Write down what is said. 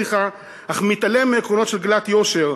אך מתעלם מעקרונות של "גלאט יושר",